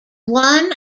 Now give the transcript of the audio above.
one